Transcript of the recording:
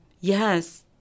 yes